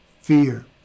fear